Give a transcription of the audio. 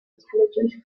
intelligent